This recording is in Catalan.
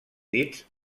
dits